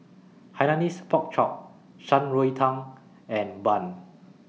Hainanese Pork Chop Shan Rui Tang and Bun